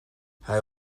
hij